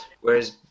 whereas